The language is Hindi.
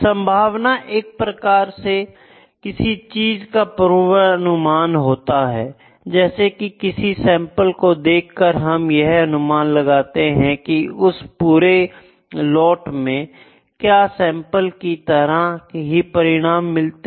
संभावना एक प्रकार से किसी चीज का पूर्वानुमान होता है जैसे कि किसी सैंपल को देखकर हम यह अनुमान लगाते हैं कि उस पूरे लोट में क्या सैंपल की तरह ही परिणाम मिलते हैं